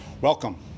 Welcome